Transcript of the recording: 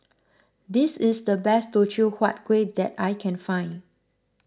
this is the best Teochew Huat Kueh that I can find